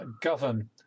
govern